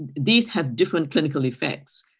and these have different clinical effects.